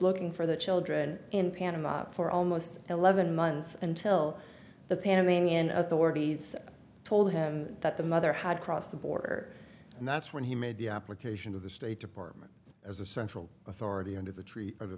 looking for the children in panama for almost eleven months until the panamanian authorities told him that the mother had crossed the border and that's when he made the application to the state department as a central authority under the tree